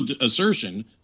assertion